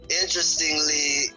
interestingly